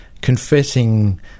confessing